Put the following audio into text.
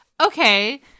okay